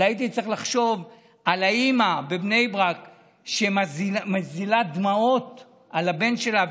אבל הייתי צריך לחשוב על האימא בבני ברק שמזילה דמעות על הבן שלה,